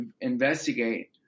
investigate